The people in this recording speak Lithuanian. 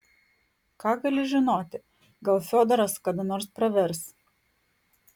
ką gali žinoti gal fiodoras kada nors pravers